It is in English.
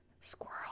Squirrel